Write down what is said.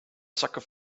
sucker